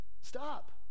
Stop